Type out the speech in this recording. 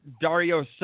Dario